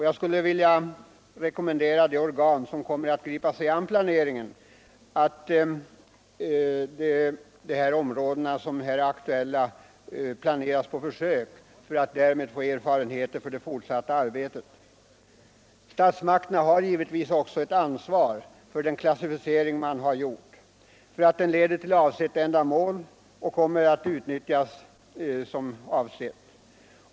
Jag skulle vilja rekommendera de organ som får uppgiften att gripa sig an med planeringen av de aktuella rekreationsområdena att försöksvis börja med här aktualiserade områden för att få erfarenhet för det fortsatta arbetet. Statsmakterna har givetvis också ett ansvar för den klassificering som de har gjort, för att den leder till avsett ändamål och kommer att utnyttjas.